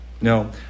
No